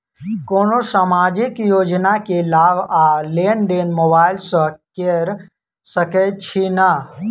कोनो सामाजिक योजना केँ लाभ आ लेनदेन मोबाइल सँ कैर सकै छिःना?